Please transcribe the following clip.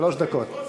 שלוש דקות.